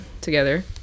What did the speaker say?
together